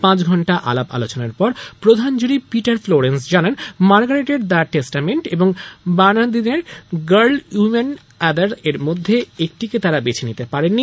পাঁচ ঘণ্টা আলাপআলোচনার পর প্রধান জুরি পিটার ফ্লোরেন্স জানান মার্গারেটের দ্য টেস্টামেন্ট এবং বার্নার্ডিনের গার্ল উমান আদার এর মধ্যে একটিকে তাঁরা বেছে নিতে পারেননি